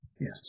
Yes